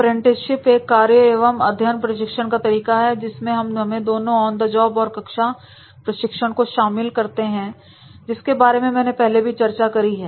apprenticeship एक कार्य एवं अध्ययन प्रशिक्षण का तरीका है जिसमें हम दोनों ऑन द जॉब और कक्षा प्रशिक्षण को शामिल करते हैं जिसके बारे में मैंने पहले ही चर्चा करी है